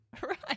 right